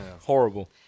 Horrible